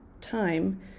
time